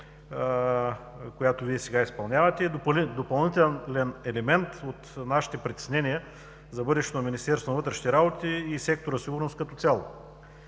която сега Вие изпълнявате, е допълнителен елемент от нашите притеснения за бъдещото Министерство на вътрешните работи и сектор „Сигурност“ като цяло.